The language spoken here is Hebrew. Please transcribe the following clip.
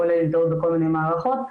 כולל --- בכל מיני מערכות,